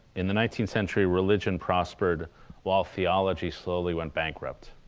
in the nineteenth century, religion prospered while theology slowly went bankrupt.